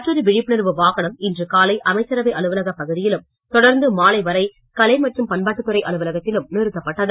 மற்றொரு விழிப்புணர்வு வாகனம் இன்று காலை அமைச்சரவை அலுவலகப் பகுதியிலும் தொடர்ந்து மாலை வரை கலை மற்றும் பண்பாட்டுத்துறை அலுவலகத்திலும் நிறுத்தப்பட்டது